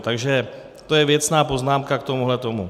Takže to je věcná poznámka k tomuhletomu.